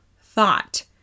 thought